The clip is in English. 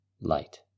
light